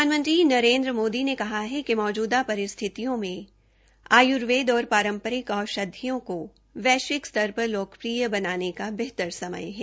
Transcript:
प्रधानमंत्री नरेन्द्र मोदी ने कहा है कि मौजूदा परिस्थितियों में आयुर्वेद और पारंपरिक औषधियों को वैष्विक स्तरपर लोकप्रिय बनाने का बेहतर समय है